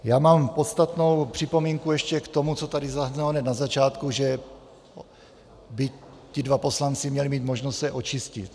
Já mám podstatnou připomínku ještě k tomu, co tady zaznělo hned na začátku, že by ti dva poslanci měli možnost se očistit.